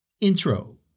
Intro